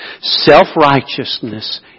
Self-righteousness